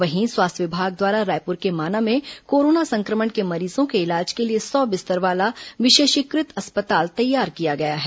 वहीं स्वास्थ्य विभाग द्वारा रायपुर के माना में कोरोना संक्रमण के मरीजों के इलाज के लिए सौ बिस्तर वाला विशेषीकृत अस्पताल तैयार किया गया है